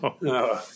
No